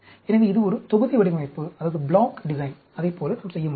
எனவே இது ஒரு தொகுதி வடிவமைப்பு அதைப் போல நாம் செய்ய முடியும்